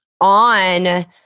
on